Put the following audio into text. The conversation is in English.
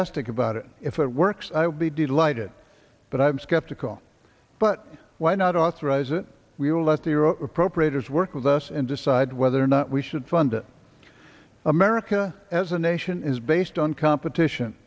enthusiastic about it if it works i would be delighted but i'm skeptical but why not authorize it we will let the appropriators work with us and decide whether or not we should fund america as a nation is based on competition